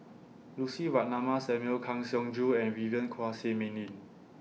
Lucy Ratnammah Samuel Kang Siong Joo and Vivien Quahe Seah Mei Lin